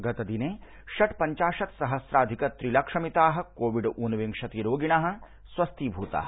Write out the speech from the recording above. गत दिने षट् पश्चाशत् सहस्राधिक त्रि लक्षमिताः कोविड् ऊनविंशति रोगिणः स्वस्थीभूताः